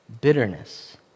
bitterness